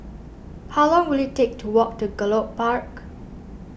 how long will it take to walk to Gallop Park